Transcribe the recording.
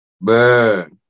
Man